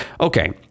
Okay